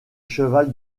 cheval